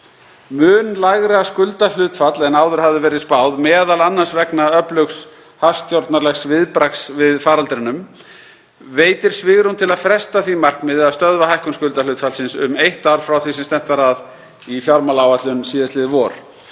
Mun lægra skuldahlutfall en áður hafði verið spáð, m.a. vegna öflugs hagstjórnarlegs viðbragðs við faraldrinum, veitir svigrúm til að fresta því markmiði að stöðva hækkun skuldahlutfallsins um eitt ár frá því sem stefnt var að í fjármálaáætlun síðastliðið vor.